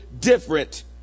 different